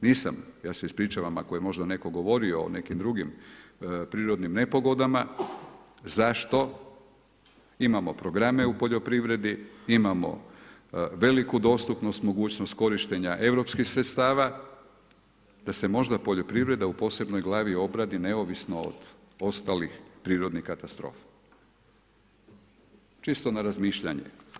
Nisam, ja se ispričavam ako je možda netko govorio o nekim drugim prirodnim nepogodama, zašto imamo programe u poljoprivredi, imamo veliku dostupnost, mogućnost korištenja europskih sredstava, da se možda poljoprivreda u posebnoj glavi obradi neovisno od ostalih prirodnih katastrofa, čisto na razmišljanje.